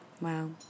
Wow